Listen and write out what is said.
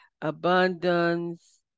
abundance